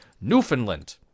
Newfoundland